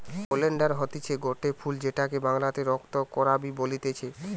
oleander হতিছে গটে ফুল যেটাকে বাংলাতে রক্ত করাবি বলতিছে